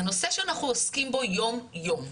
זה נושא שאנחנו עוסקים בו יום יום.